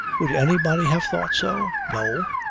would anybody have thought so? no!